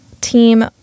team